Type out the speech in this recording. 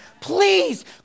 Please